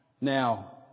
now